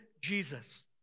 Jesus